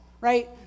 right